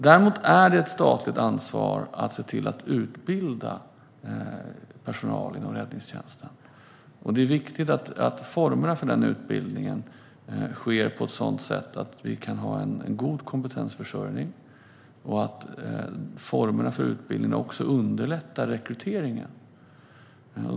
Det är däremot ett statligt ansvar att se till att utbilda personal inom räddningstjänsten. Det är viktigt att formerna för utbildningen är sådana att vi kan ha en god kompetensförsörjning och underlätta rekryteringen.